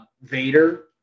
Vader